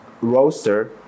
roaster